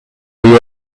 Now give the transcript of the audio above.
you